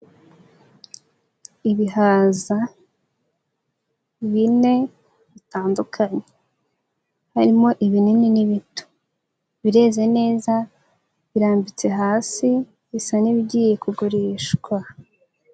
Ibihaza bine bitandukanye. Harimo ibinini n'ibito. Bireze neza, birambitse hasi bisa n'ibigiye kugurishwa.